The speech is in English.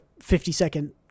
50-second